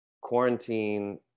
quarantine